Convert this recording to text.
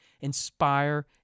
inspire